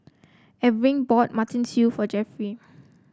Erving bought Mutton Stew for Jeffry